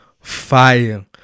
fire